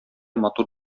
матур